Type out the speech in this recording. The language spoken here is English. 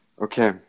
Okay